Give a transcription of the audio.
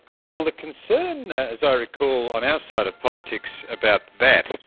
well the concern as i recall on our side of politics about that,